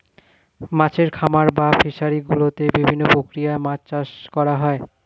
মাছের খামার বা ফিশারি গুলোতে বিভিন্ন প্রক্রিয়ায় মাছ চাষ করা হয়